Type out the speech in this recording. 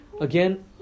Again